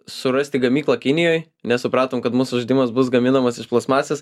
surasti gamyklą kinijoj nes supratom kad mūsų žaidimas bus gaminamas iš plastmasės